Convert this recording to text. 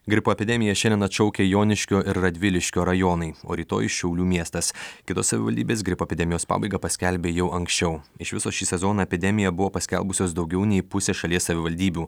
gripo epidemiją šiandien atšaukia joniškio ir radviliškio rajonai o rytoj šiaulių miestas kitos savivaldybės gripo epidemijos pabaigą paskelbė jau anksčiau iš viso šį sezoną epidemiją buvo paskelbusios daugiau nei pusė šalies savivaldybių